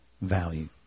value